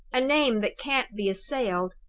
a name that can't be assailed,